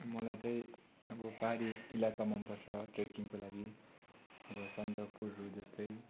मलाई चाहिँ अब पाहाडी इलाका मनपर्छ ट्रेकिङको लागि अब सन्दकपुरहरू जस्तै